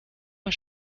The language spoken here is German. mal